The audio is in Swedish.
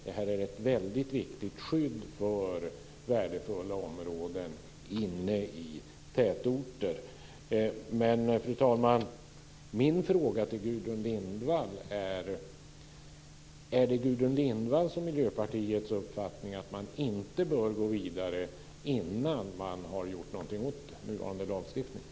Det här är ett väldigt viktigt skydd för värdefulla områden inne i tätorter. Fru talman! Min fråga till Gudrun Lindvall är följande: Är det Gudrun Lindvalls och Miljöpartiets uppfattning att man inte bör gå vidare innan man har gjort någonting åt nuvarande lagstiftning?